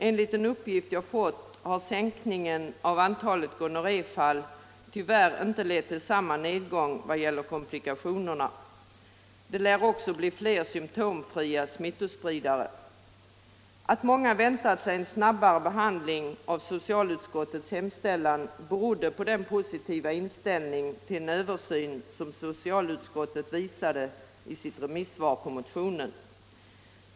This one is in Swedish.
Enligt en uppgift jag fått har sänkningen av antalet gonorréfall tyvärr inte lett till samma nedgång i komplikationerna. Det lär också bli allt fler symtomfria smittospridare. Att många väntat sig en snabbare behandling av socialutskottets hemställan berodde på den positiva inställning tillen översyn som socialstyrelsen visade i sitt remissyttrande över motionen.